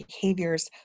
behaviors